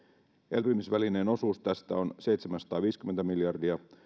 elpymisvälineen osuus tästä on seitsemänsataaviisikymmentä miljardia